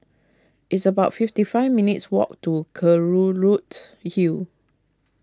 it's about fifty five minutes' walk to Kelulut Hill